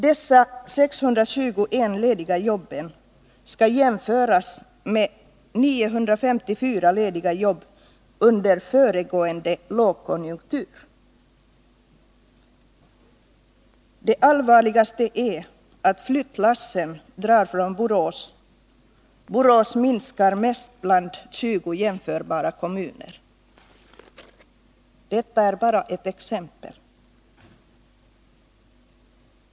Dessa 621 lediga jobb skall jämföras med de 954 under föregående lågkonjunktur. Det allvarligaste är att flyttlassen drar från Borås. Invånarantalet i Borås minskar mest bland 20 jämförbara kommuner. Detta är bara ett exempel.